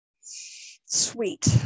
sweet